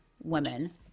women